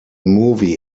movie